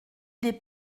des